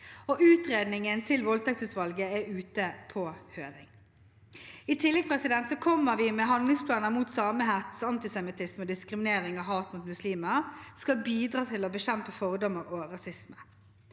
Utredningen til voldtektsutvalget er ute på høring. I tillegg kommer vi med handlingsplaner mot samehets, antisemittisme og diskriminering og hat mot muslimer, som skal bidra til å bekjempe fordommer og rasisme.